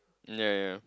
ya ya